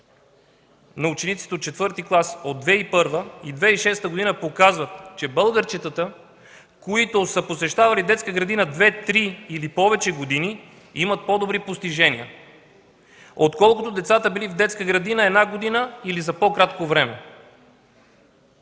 на учениците от четвърти клас от 2001 г. и 2006 г. показват, че българчетата, които са посещавали детска градина две, три или повече години, имат по-добри постижения, отколкото децата били в детска градина една година или за по-кратко време.